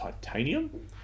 Titanium